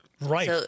Right